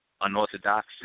unorthodox